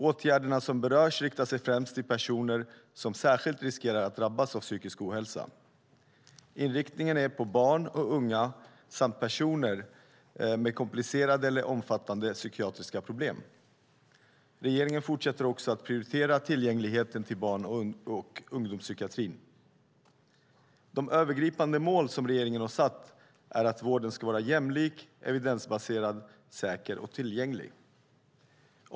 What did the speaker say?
Åtgärderna som berörs riktar sig främst till personer som särskilt riskerar att drabbas av psykisk ohälsa. Inriktningen är på barn och unga samt personer med komplicerade eller omfattande psykiatriska problem. Regeringen fortsätter också att prioritera tillgängligheten till barn och ungdomspsykiatrin. De övergripande mål som regeringen har satt är att vården ska vara jämlik, evidensbaserad, säker och tillgänglig.